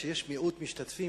כשיש מיעוט משתתפים,